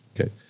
okay